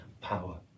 power